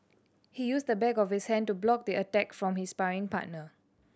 he used the back of his hand to block the attack from his sparring partner